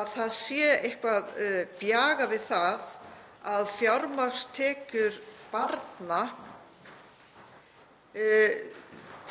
að það sé eitthvað bjagað við það að fjármagnstekjur barna